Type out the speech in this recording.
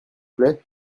plait